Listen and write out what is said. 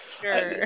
Sure